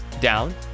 down